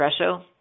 espresso